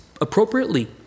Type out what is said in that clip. appropriately